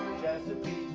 chesapeake